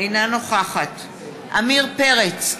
אינה נוכחת עמיר פרץ,